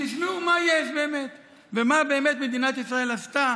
ותשמעו מה יש באמת ומה באמת מדינת ישראל עשתה